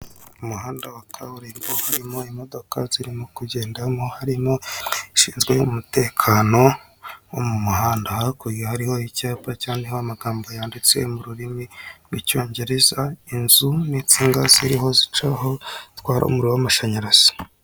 Umuhanda wa kaburimbo harimo imodoka zirimo kugendemo, harimo abashinzwe umutekano wo mu muhanda. Hakurya hariho icyapa cyanditseho amagambo y'ururimi rw'icyongereza inzu n'ifungwa ziriho zicaho zitwara umuriro wa mashanyarazi.